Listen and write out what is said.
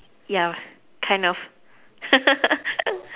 yeah kind of